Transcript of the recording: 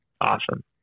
awesome